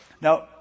Now